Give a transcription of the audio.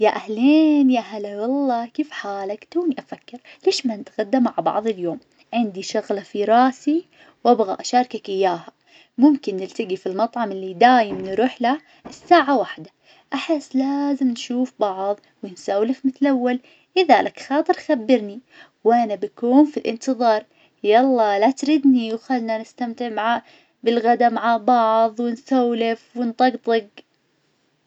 يا أهلين يا هلا والله كيف حالك؟ توني أفكر ليش ما نتغدى مع بعض اليوم؟ عندي شغلة في راسي وأبغى أشاركك إياها. ممكن نلتقي في المطعم اللي دايم نروح له الساعة واحدة. أحس لازم نشوف بعظ ونسولف مثل الأول، لذلك خاطر خبرني وأنا بكون في الإنتظار، يلا لا تردني وخلنا نستمتع مع- بالغدا مع بعض ونسولف ونطقطق.